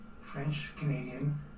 French-Canadian